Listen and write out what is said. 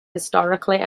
historically